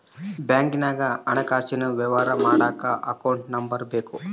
ಬ್ಯಾಂಕ್ನಾಗ ಹಣಕಾಸಿನ ವ್ಯವಹಾರ ಮಾಡಕ ಅಕೌಂಟ್ ನಂಬರ್ ಬೇಕು